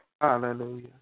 Hallelujah